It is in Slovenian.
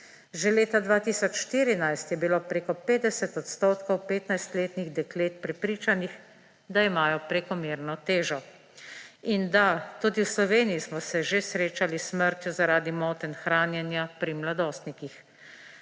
Že leta 2014 je bilo preko 50 odstotkov 15-letnih deklet prepričanih, da imajo prekomerno težo. In da: tudi v Sloveniji smo se že srečali s smrtjo zaradi motenj hranjenja pri mladostnikih.